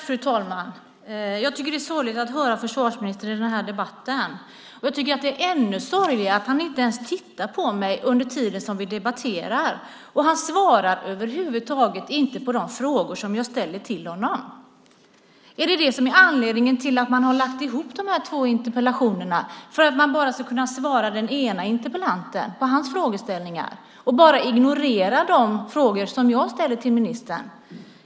Fru talman! Jag tycker att det är sorgligt att höra försvarsministern i den här debatten. Och jag tycker att det är ännu sorgligare att han inte ens tittar på mig under tiden som vi debatterar. Han svarar över huvud taget inte på de frågor som jag ställer till honom. Är det anledningen till att man har lagt ihop de här två interpellationerna, att man enbart ska kunna svara den ena interpellanten på hans frågeställningar och bara ignorera de frågor som jag ställer till ministern?